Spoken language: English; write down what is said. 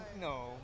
no